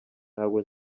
ntabwo